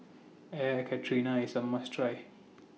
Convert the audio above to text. Air Karthira IS A must Try